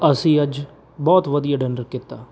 ਅਸੀਂ ਅੱਜ ਬਹੁਤ ਵਧੀਆ ਡਿਨਰ ਕੀਤਾ